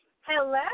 Hello